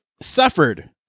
suffered